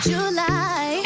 July